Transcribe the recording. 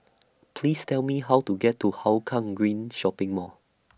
Please Tell Me How to get to Hougang Green Shopping Mall